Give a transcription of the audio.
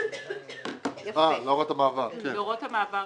בהוראות המעבר כן,